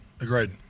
Agreed